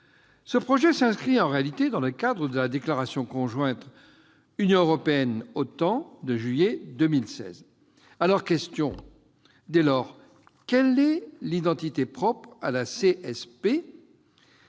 Ce projet s'inscrit en réalité dans le cadre de la déclaration conjointe Union européenne-OTAN du mois de juillet 2016. Dès lors, quelle est l'identité propre à la CSP